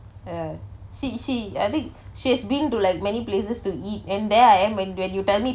ya she she I think she has been to like many places to eat and there I am when when you tell me